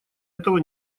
этого